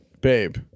Babe